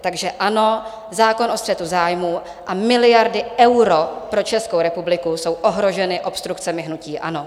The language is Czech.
Takže ano, zákon o střetu zájmů a miliardy eur pro Českou republiku jsou ohroženy obstrukcemi hnutí ANO.